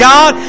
God